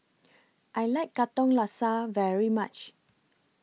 I like Katong Laksa very much